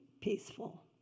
peaceful